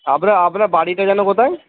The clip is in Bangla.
আপনার বাড়িটা যেন কোথায়